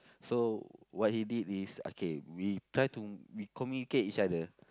so what he did is okay we try to we communicate each other